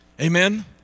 Amen